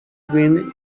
win